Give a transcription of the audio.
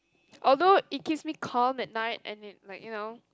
although it keeps me calm at night and it like you know